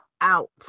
out